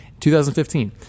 2015